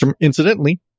Incidentally